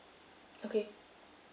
okay